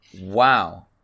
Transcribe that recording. wow